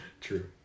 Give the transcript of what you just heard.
True